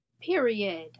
Period